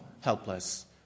helpless